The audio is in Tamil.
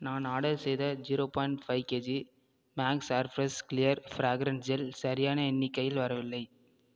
நான் ஆர்டர் செய்த zero point five KG Max air fresh clear fragrance gel சரியான எண்ணிக்கையில் வரவில்லை